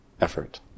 effort